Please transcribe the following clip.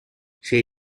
she